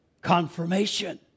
confirmation